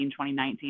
2019